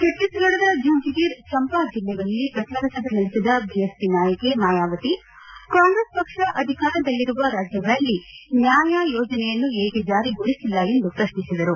ಛತ್ತೀಸ್ಗಢದ ಜೆಂಜ್ಗೀರ್ ಚಂಪಾ ಜಿಲ್ಲೆಗಳಲ್ಲಿ ಪ್ರಜಾರಸಭೆ ನಡೆಸಿದ ಬಿಎಸ್ಪಿ ನಾಯಕಿ ಮಾಯಾವತಿ ಕಾಂಗ್ರೆಸ್ ಪಕ್ಷ ಅಧಿಕಾರದಲ್ಲಿರುವ ರಾಜ್ಯಗಳಲ್ಲಿ ನ್ಮಾಯ್ ಯೋಜನೆಯನ್ನು ಏಕೆ ಜಾರಿಗೊಳಿಸಿಲ್ಲ ಎಂದು ಪ್ರಶ್ನಿಸಿದರು